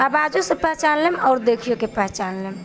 आवाजो से पहचान लेब आओर देखियो के पहचान लेब